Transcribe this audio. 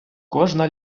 кожна